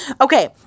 Okay